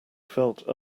felt